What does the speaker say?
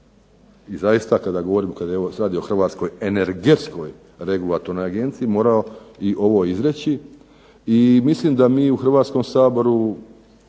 i zaista kada govorimo, kada je evo sada je o Hrvatskoj energetskoj regulatornoj agenciji morao i ovo izreći, i mislim da mi u Hrvatskom saboru